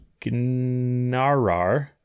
Gnarar